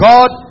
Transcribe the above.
God